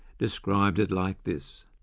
described it like this